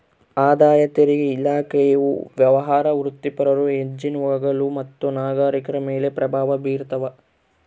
ಆದಾಯ ತೆರಿಗೆ ಇಲಾಖೆಯು ವ್ಯವಹಾರ ವೃತ್ತಿಪರರು ಎನ್ಜಿಒಗಳು ಮತ್ತು ನಾಗರಿಕರ ಮೇಲೆ ಪ್ರಭಾವ ಬೀರ್ತಾವ